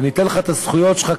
וניתן לך את הזכויות שלך,